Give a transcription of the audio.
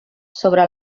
sobre